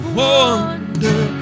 wonder